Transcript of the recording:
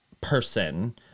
person